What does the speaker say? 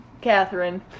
Catherine